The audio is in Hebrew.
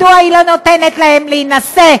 מדוע היא לא נותנת להם להינשא?